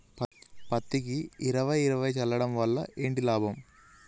పత్తికి ఇరవై ఇరవై చల్లడం వల్ల ఏంటి లాభం?